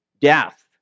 Death